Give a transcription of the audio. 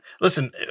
listen